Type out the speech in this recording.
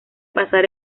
pasar